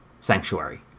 Sanctuary